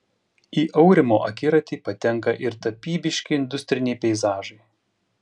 į aurimo akiratį patenka ir tapybiški industriniai peizažai